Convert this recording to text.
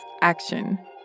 action